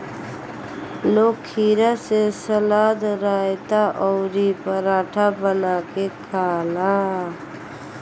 लोग खीरा से सलाद, रायता अउरी पराठा बना के खाला